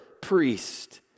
priest